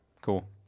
Cool